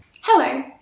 Hello